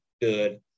good